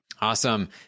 Awesome